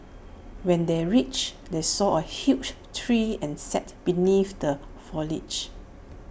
when they reached they saw A huge tree and sat beneath the foliage